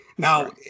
Now